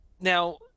now